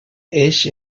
eix